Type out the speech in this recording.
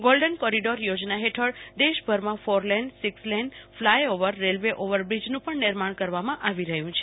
golden corridor યોજના હેઠળ દેશભરમાં four lane six lane flyover railway ઓવરબ્રીજન પણ નિર્માણ કરવામાં આવી રહયું છે